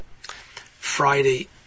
Friday